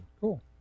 Cool